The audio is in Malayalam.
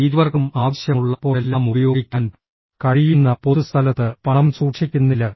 ഇരുവർക്കും ആവശ്യമുള്ളപ്പോഴെല്ലാം ഉപയോഗിക്കാൻ കഴിയുന്ന പൊതുസ്ഥലത്ത് പണം സൂക്ഷിക്കുന്നില്ല